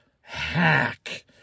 hack